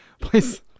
please